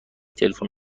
تلفن